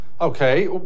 Okay